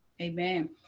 Amen